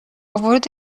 ورود